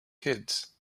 kids